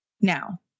now